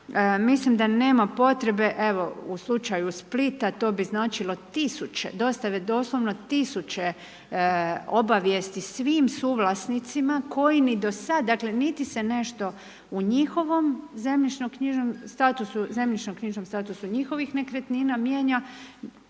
Mislim da nema potrebe, evo u slučaju Splita to bi značilo tisuće, doslovno tisuće obavijesti svim suvlasnicima koji ni do sad, dakle niti se nešto u njihovom zemljišno-knjižnom statusu njihovih nekretnina mijenja.